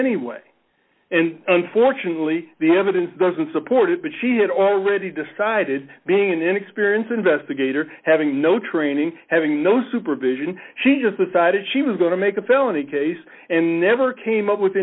anyway and unfortunately the evidence doesn't support it but she had already decided being an inexperienced investigator having no training having no supervision she just decided she was going to make a felony case and never came up with